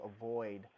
avoid